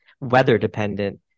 weather-dependent